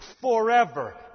forever